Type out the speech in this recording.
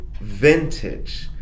vintage